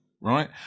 right